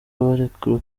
bareka